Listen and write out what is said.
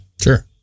Sure